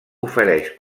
ofereix